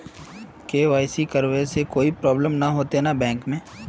KYC करबे से कोई प्रॉब्लम नय होते न बैंक में?